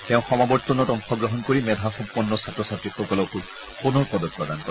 তেওঁ সমাৱৰ্তনত অংশগ্ৰহণ কৰি মেধা সম্পন্ন ছাত্ৰ ছাত্ৰীসকলক সোণৰ পদক প্ৰদান কৰে